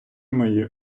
мої